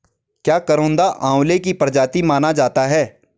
क्या करौंदा आंवले की प्रजाति माना जाता है?